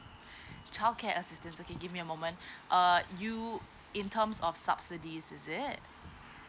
child care assistant okay give me a moment err you in terms of subsidies is it